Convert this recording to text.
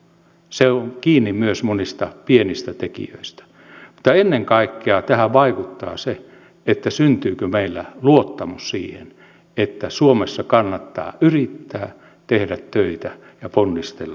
se on kiinni myös monista pienistä tekijöistä mutta ennen kaikkea tähän vaikuttaa se syntyykö meillä luottamus siihen että suomessa kannattaa yrittää tehdä töitä ja ponnistella yhteisesti